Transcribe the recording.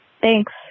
Thanks